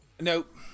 Nope